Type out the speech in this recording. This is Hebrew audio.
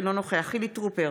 אינו נוכח חילי טרופר,